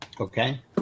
Okay